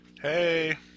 Hey